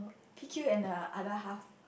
P_Q and the other half